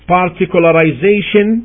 particularization